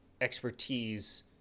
expertise